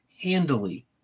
handily